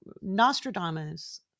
Nostradamus